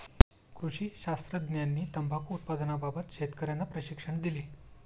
कृषी शास्त्रज्ञांनी तंबाखू उत्पादनाबाबत शेतकर्यांना प्रशिक्षण दिले